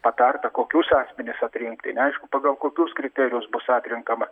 patarta kokius asmenis atrinkti neaišku pagal kokius kriterijus bus atrenkama